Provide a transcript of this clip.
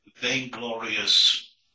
vainglorious